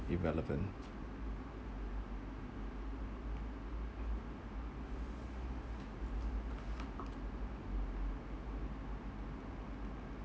irrelevant